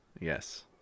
Yes